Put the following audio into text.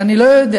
אני לא יודע.